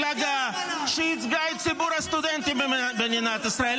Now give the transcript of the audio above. אדוני יושב-ראש האופוזיציה,